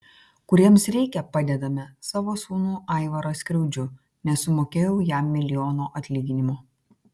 kuriems reikia padedame savo sūnų aivarą skriaudžiu nesumokėjau jam milijono atlyginimo